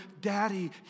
Daddy